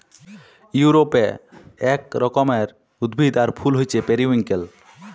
ইউরপে এক রকমের উদ্ভিদ আর ফুল হচ্যে পেরিউইঙ্কেল